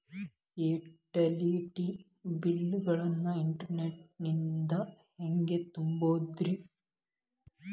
Utility bill ಗಳನ್ನ internet ನಿಂದ ಹೆಂಗ್ ತುಂಬೋದುರಿ?